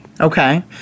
Okay